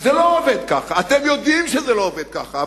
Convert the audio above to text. זה לא עובד ככה, אתם יודעים שזה לא עובד ככה.